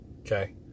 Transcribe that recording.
Okay